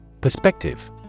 Perspective